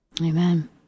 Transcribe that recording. amen